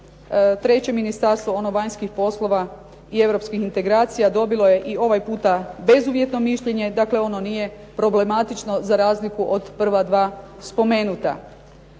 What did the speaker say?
treće ministarstvo, ono vanjskih poslova i europskih integracije dobilo je i ovaj puta bezuvjetno mišljenje, dakle ono nije problematično za razliku od prva dva spomenuta.